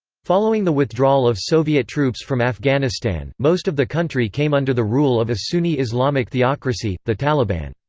following the withdrawal of soviet troops from afghanistan, most of the country came under the rule of a sunni islamic theocracy, the taliban.